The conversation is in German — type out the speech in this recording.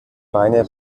beine